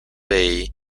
bay